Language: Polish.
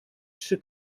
czy